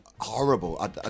horrible